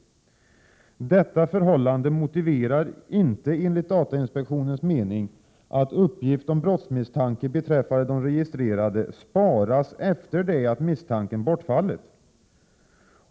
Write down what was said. Detta förhållande motiverar inte enligt datainspektionens mening att uppgift om brottsmisstanke beträffande de registrerade sparas efter det att misstanken bortfallit.